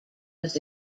was